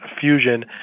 fusion